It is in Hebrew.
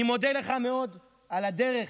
אני מודה לך מאוד על הדרך,